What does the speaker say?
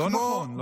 לא נכון.